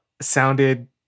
sounded